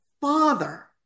Father